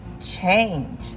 change